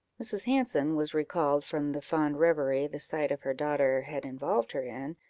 mrs. hanson was recalled from the fond reverie the sight of her daughter had involved her in,